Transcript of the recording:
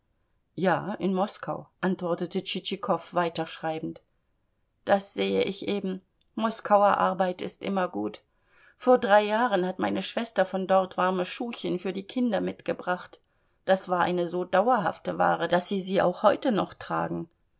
ja in moskau antwortete tschitschikow weiterschreibend das sehe ich eben moskauer arbeit ist immer gut vor drei jahren hat meine schwester von dort warme schuhchen für die kinder mitgebracht das war eine so dauerhafte ware daß sie sie auch heute noch tragen